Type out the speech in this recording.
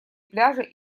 пляжа